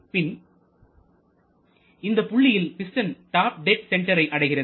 பின் இந்த புள்ளியில் piston top dead சென்டரை அடைகிறது